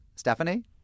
Stephanie